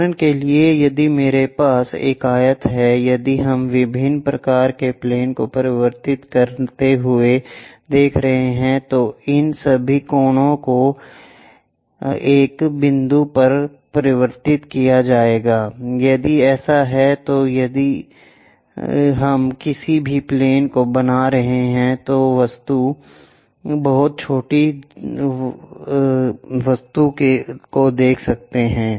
उदाहरण के लिए यदि मेरे पास एक आयत है यदि हम विभिन्न प्रकार के प्लेन को परिवर्तित करते हुए देख रहे हैं तो इन सभी कोनों को एक बिंदु पर परिवर्तित किया जाएगा यदि ऐसा है तो यदि हम किसी भी प्लेन को बना रहे हैं तो वस्तु बहुत छोटी वस्तु को देख सकती है